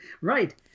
right